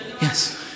yes